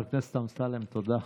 חבר הכנסת אמסלם, תודה.